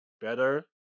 better